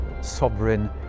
sovereign